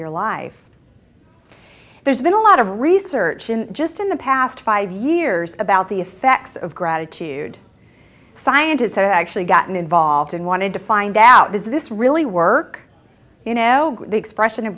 your life there's been a lot of research in just in the past five years about the effects of gratitude scientists have actually gotten involved and wanted to find out is this really work you know the expression